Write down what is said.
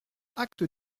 acte